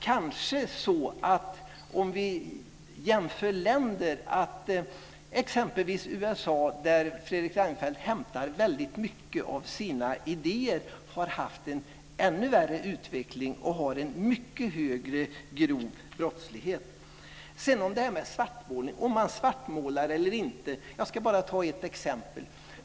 Kanske är det så, om vi jämför länder, att t.ex. USA, där Fredrik Reinfeldt hämtar väldigt mycket av sina idéer, har haft en ännu värre utveckling och har en mycket högre grov brottslighet. Svartmålning eller inte - jag ska ta ett exempel.